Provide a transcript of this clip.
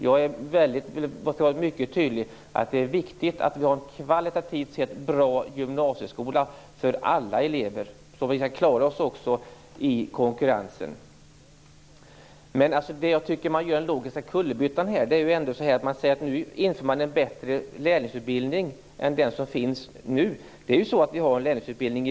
Jag vill vara mycket tydlig med att det är viktigt att vi har en kvalitativt sett bra gymnasieskola för alla elever, så att vi kan klara oss i konkurrensen. Det jag tycker är en logisk kullerbytta i det här resonemanget är att man säger att man inför en bättre lärlingsutbildning än den som finns nu. Vi har ju också i dag en lärlingsutbildning.